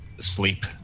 Sleep